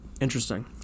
Interesting